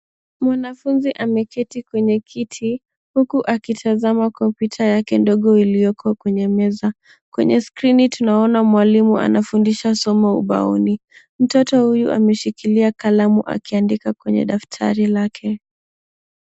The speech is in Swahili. Mwanafunzi ameketi kwenye kiti huku akitazama kompyuta yake ndogo ilioko kwenye meza. Kwenye skrini tunaona mwalimu anafundisha somo ubaoni. Mtoto huyu ameshikilia kalamu akiandika kwenye daftari lake.